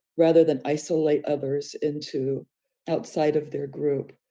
rather than isolate others into outside of their group,